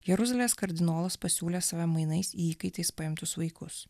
jeruzalės kardinolas pasiūlė save mainais į įkaitais paimtus vaikus